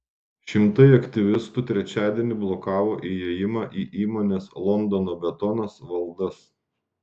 šimtai aktyvistų trečiadienį blokavo įėjimą į įmonės londono betonas valdas